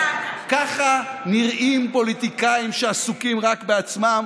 ככה נראים פוליטיקאים שעסוקים רק בעצמם,